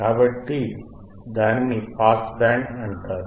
కాబట్టి దానిని pass band అంటారు